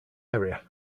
area